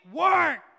work